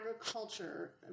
agriculture